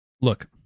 Look